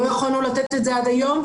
לא יכולנו לתת את זה עד היום,